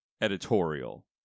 editorial